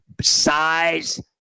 size